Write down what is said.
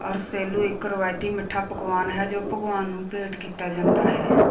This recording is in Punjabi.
ਅਰਿਸੇਲੂ ਇੱਕ ਰਵਾਇਤੀ ਮਿੱਠਾ ਪਕਵਾਨ ਹੈ ਜੋ ਭਗਵਾਨ ਨੂੰ ਭੇਂਟ ਕੀਤਾ ਜਾਂਦਾ ਹੈ